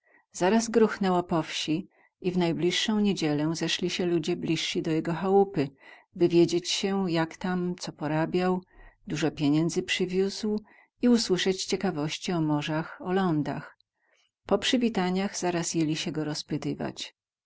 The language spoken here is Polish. zaraz gruchnęło po wsi i w najbliższą niedzielę zeszli się ludzie bliżsi do jego chałupy wywiedzieć się jak tam co porabiał dużo pieniędzy przywiózł i usłyszeć ciekawości o morzach o lądach po przywitaniach zaraz jęli się go rozpytywać